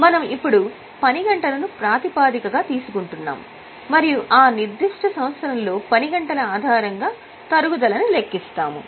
మనము ఇప్పుడు పని గంటలను ప్రాతిపదికగా తీసుకుంటాము మరియు ఆ నిర్దిష్ట సంవత్సరంలో పని గంటల ఆధారంగా తరుగుదలని లెక్కిస్తాము